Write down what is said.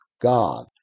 God